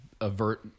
avert